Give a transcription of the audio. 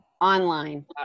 Online